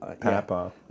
papa